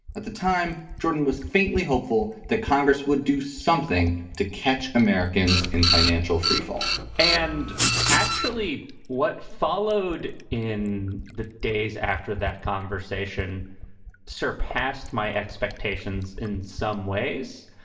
at the time, jordan was faintly hopeful that congress would do something to catch americans in financial freefall and actually, what followed in the days after that conversation surpassed my expectations. in some ways,